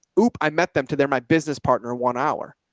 oop. i met them too. they're my business partner one hour,